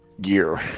gear